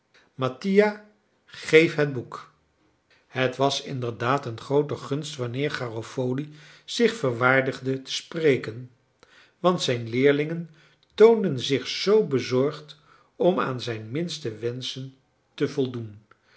mattia geef het boek het was inderdaad een groote gunst wanneer garofoli zich verwaardigde te spreken want zijn leerlingen toonden zich zoo bezorgd om aan zijn minste wenschen te voldoen